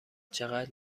چقدر